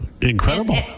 incredible